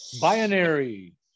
Binary